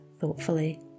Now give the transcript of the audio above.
thoughtfully